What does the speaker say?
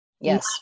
Yes